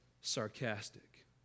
sarcastic